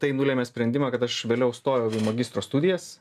tai nulėmė sprendimą kad aš vėliau stojau į magistro studijas